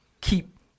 keep